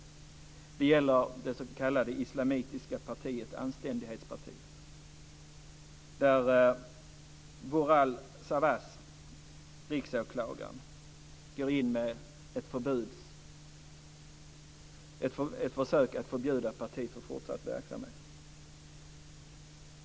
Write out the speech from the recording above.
Det gäller det s.k. islamitiska partiet Anständighetspartiet. Riksåklagaren, Vural Savas, går in för att försöka förbjuda partiet från fortsatt verksamhet.